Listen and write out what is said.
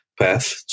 path